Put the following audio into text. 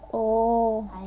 oh